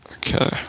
Okay